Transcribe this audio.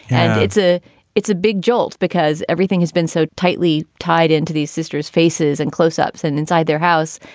and it's a it's a big jolt because everything has been so tightly tied into these sisters faces and close ups and inside their house.